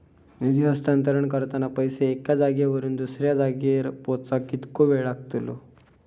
निधी हस्तांतरण करताना पैसे एक्या जाग्यावरून दुसऱ्या जाग्यार पोचाक कितको वेळ लागतलो?